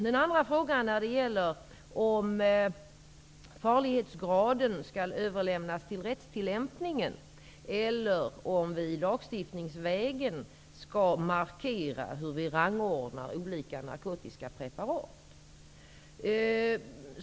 Den andra frågan gällde om bedömningen av farlighetsgraden skall överlämnas till rättstillämpningen eller om vi lagstiftningsvägen skall markera hur vi rangordnar olika narkotiska preparat.